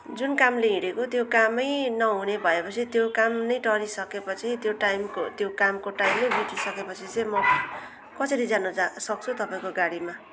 जुन कामले हिँडेको त्यो कामै नहुने भएपछि त्यो काम नै टरिसकेपछि त्यो टाइमको त्यो कामको टाइमै बितिसकेपछि चाहिँ म कसरी जानु जा सक्छु तपाईँको गाडीमा